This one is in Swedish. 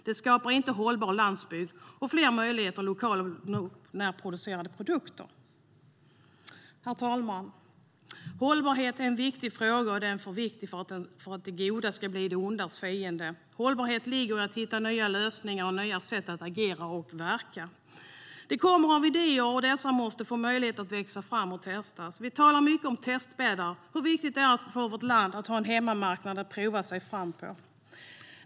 Det skapar inte en hållbar landsbygd eller fler möjligheter till lokala och närproducerade produkter. Herr talman! Hållbarhet är en viktig fråga, och den är för viktig för att det bästa ska bli det godas fiende. Hållbarhet ligger i att hitta nya lösningar och nya sätt att agera och verka. Det kommer av idéer, och dessa måste få möjlighet att växa fram och testas. Vi talar mycket om testbäddar och hur viktigt det är för vårt land att ha en hemmamarknad att prova sig fram på.